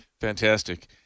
Fantastic